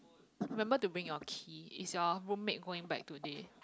remember to bring your key is your home mate going back today